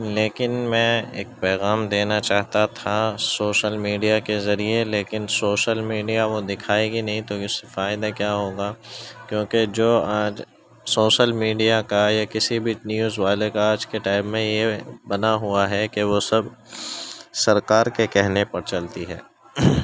لیکن میں ایک پیغام دینا چاہتا تھا سوشل میڈیا کے ذریعے لیکن سوشل میڈیا وہ دکھائے گی نہیں تو اس سے فائدہ کیا ہوگا کیوںکہ جو سوشل میڈیا کا یا کسی بھی نیوز والے کا آج کے ٹائم میں یہ بنا ہوا ہے کہ وہ سب سرکار کے کہنے پر چلتی ہے